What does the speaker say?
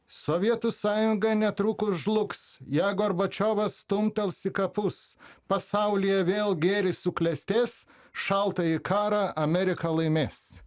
sovietų sąjunga netrukus žlugs ją gorbačiovas stumtels į kapus pasaulyje vėl gėris suklestės šaltąjį karą amerika laimės